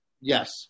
Yes